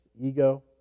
ego